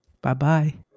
Bye-bye